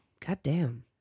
Goddamn